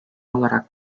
olarak